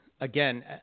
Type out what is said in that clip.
Again